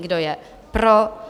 Kdo je pro?